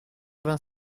vingt